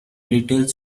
little